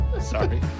Sorry